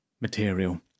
material